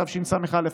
התשס"א 2001,